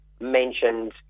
mentioned